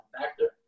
factor